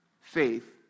faith